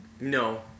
No